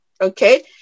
Okay